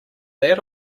that